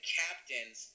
captains